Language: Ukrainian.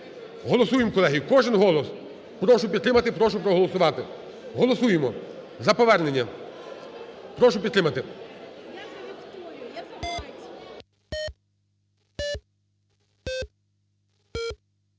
Голосуємо, колеги, кожен голос. Прошу підтримати, прошу проголосувати. Голосуємо за повернення. Прошу підтримати.